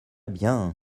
bien